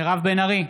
מירב בן ארי,